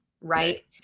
right